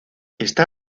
está